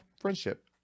friendship